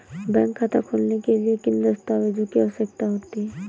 Bank खाता खोलने के लिए किन दस्तावेजों की आवश्यकता होती है?